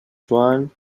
joan